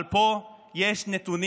אבל פה יש נתונים.